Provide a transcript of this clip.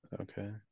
okay